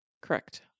Correct